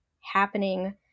happening